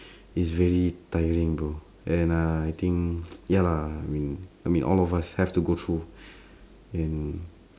it's very tiring bro and uh I think ya lah I mean I mean all of us have to go through and